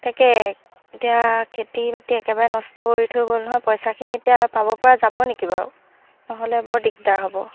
তাকে এতিয়া খেতি বাতি একেবাৰে নষ্ট কৰি থৈ গ'ল নহয় পইচাখিনি এতিয়া পাব পৰা যাব নেকি বাৰু নহ'লে বৰ দিগদাৰ হ'ব